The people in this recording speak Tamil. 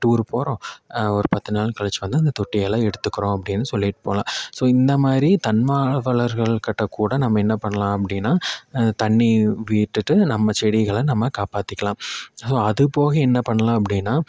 டூர் போகிறோம் ஒரு பத்து நாள் கழித்து வந்து அந்த தொட்டியெல்லாம் எடுத்துக்கிறோம் அப்படின்னு சொல்லிட்டு போகலாம் ஸோ இந்த மாதிரி தன்னால்வலர்கள்கிட்ட கூட நம்ம என்ன பண்ணலாம் அப்படின்னா தண்ணி விட்டுட்டு நம்ம செடிகளை நம்ம காப்பாற்றிக்கலாம் ஸோ அது போக என்ன பண்ணலாம் அப்படின்னா